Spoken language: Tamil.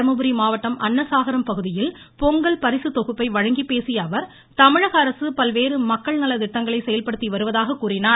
தருமபுரி மாவட்டம் அன்னசாகரம் பகுதியில் பொங்கல் பரிசுத்தொகுப்பை வழங்கிப்பேசியஅவர் தமிழகஅரசு பல்வேறு மக்கள் நலத்திட்டங்களை செயல்படுத்தி வருவதாக கூறினார்